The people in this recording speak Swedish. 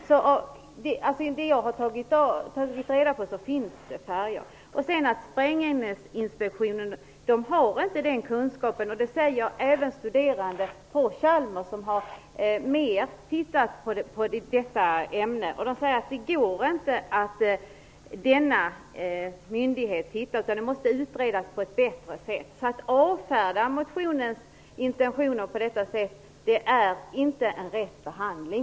Enligt det som jag har tagit reda på finns det färger. Sprängämnesinspektionen har inte denna kunskap. Det säger även studerande på Chalmers som har studerat detta ämne djupare. De säger att det inte räcker med denna myndighet, utan detta måste utredas på ett bättre sätt. Att avfärda motionens intentioner på detta sätt är inte en riktig behandling.